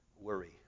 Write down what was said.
Worry